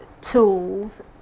tools